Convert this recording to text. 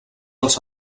els